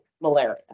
malaria